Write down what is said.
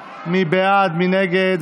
בעד, 42, נגד,